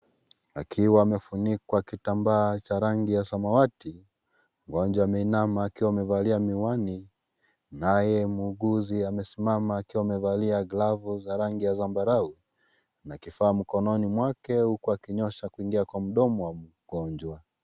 Akiwa amefunikwa kitambaa cha rangi ya samawati, mgonjwa ameinama akiwa amevalia miwani, naye muuguzi amesimama akiwa amevalia glavu za rangi ya zambarau, na kifaa mkononi mwake huku akinyoosha kuingia kwa mdomo wa mgonjwa.